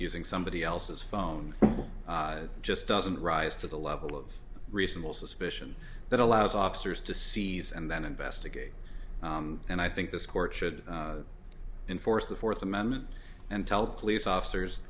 using somebody else's phone bill just doesn't rise to the level of reasonable suspicion that allows officers to seize and then investigate and i think this court should enforce the fourth amendment and tell the police officers